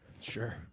Sure